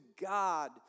God